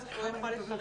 אנחנו משתדלים